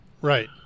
Right